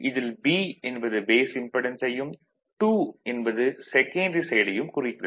இதில் B என்பது base இம்படென்ஸையும் 2 என்பது செகன்டரி சைடையும் குறிக்கிறது